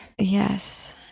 Yes